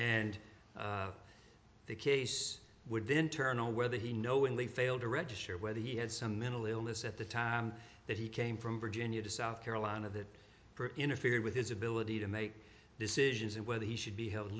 and the case would be internal whether he knowingly failed to register whether he had some mental illness at the time that he came from virginia to south carolina that interfere with his ability to make decisions and whether he should be